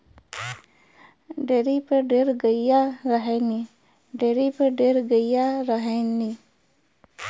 dairy में ढेर गइया रहलीन